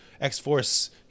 X-Force